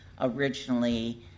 originally